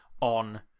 on